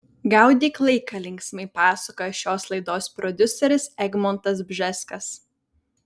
gaudyk laiką linksmai pasakoja šios laidos prodiuseris egmontas bžeskas